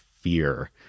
fear